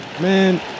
Man